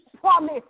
promise